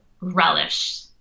relish